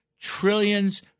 trillions